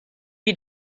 you